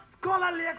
scholarly